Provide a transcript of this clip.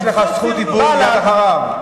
יש לך זכות דיבור מייד אחריו,